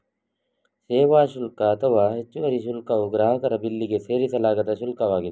ಸೇವಾ ಶುಲ್ಕ ಅಥವಾ ಹೆಚ್ಚುವರಿ ಶುಲ್ಕವು ಗ್ರಾಹಕರ ಬಿಲ್ಲಿಗೆ ಸೇರಿಸಲಾದ ಶುಲ್ಕವಾಗಿದೆ